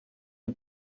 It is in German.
die